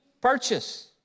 purchase